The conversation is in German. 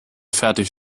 fertigt